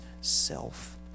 self